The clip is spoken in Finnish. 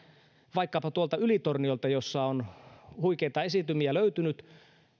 vaikkapa tuolta ylitorniolta jossa on huikeita esiintymiä löytynyt